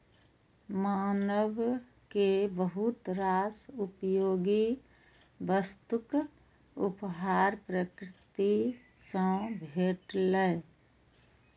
मानव कें बहुत रास उपयोगी वस्तुक उपहार प्रकृति सं भेटलैए